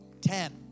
Ten